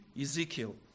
Ezekiel